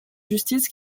justice